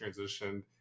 transitioned